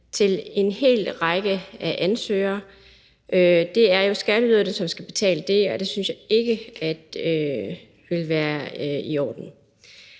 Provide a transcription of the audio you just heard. til en hel række ansøgere. Det er jo skatteyderne, som skal betale det, og det synes jeg ikke ville være i orden.